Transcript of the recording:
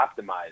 optimized